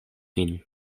vin